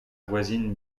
voisine